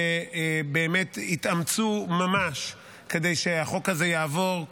שבאמת התאמצו ממש כדי שהחוק הזה יעבור,